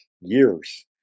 years